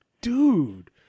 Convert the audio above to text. dude